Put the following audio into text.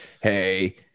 Hey